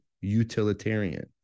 utilitarian